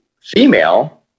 female